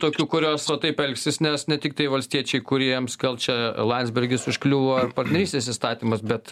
tokių kurios va taip elgtis nes ne tiktai valstiečiai kuriems čia landsbergis užkliuvo partnerystės įstatymas bet